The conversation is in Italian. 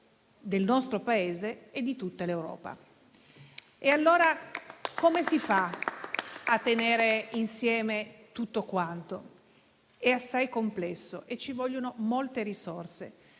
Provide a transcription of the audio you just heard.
del nostro Paese e di tutta l'Europa. Allora come si fa a tenere insieme tutto quanto? È assai complesso e ci vogliono molte risorse,